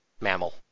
mammal